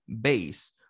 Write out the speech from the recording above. base